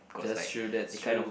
that's true that's true